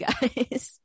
guys